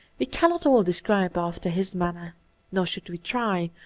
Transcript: we cannot all describe after his manner nor should we try,